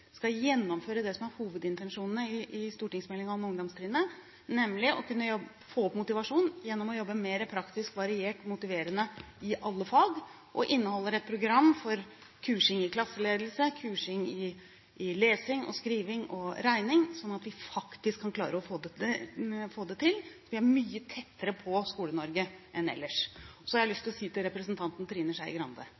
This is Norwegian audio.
skal gjennomføre det som er hovedintensjonene i stortingsmeldingen om ungdomstrinnet, nemlig å få opp motivasjonen gjennom å jobbe mer praktisk, variert og motiverende i alle fag. Den inneholder også et program for kursing i klasseledelse, lesing, skriving og regning, slik at vi faktisk kan klare å få det til. Vi er mye tettere på Skole-Norge enn ellers. Til representanten Trine Skei Grande har jeg lyst